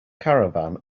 caravan